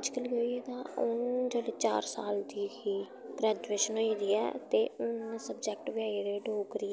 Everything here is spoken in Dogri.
अजकल्ल केह् होई गेदा हून जेल्लै चार साल दी ही ग्रजुएशन होई गेदी ऐ ते हून सब्जैक्ट बी आई गेदे डोगरी